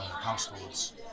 households